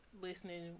listening